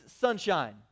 sunshine